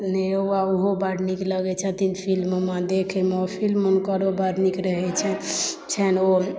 निरहुआ ओहो बड़ नीक लगै छथिन फिल्म मे देखैमे आओर फिल्म हुनकरो बड़ नीक रहै छनि ओ